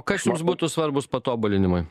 kas jums būtų svarbūs patobulinimai